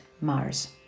Mars